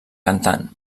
cantant